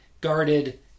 guarded